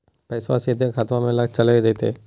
पैसाबा सीधे खतबा मे चलेगा जयते?